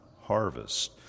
harvest